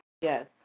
Yes